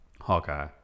Hawkeye